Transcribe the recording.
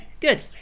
Good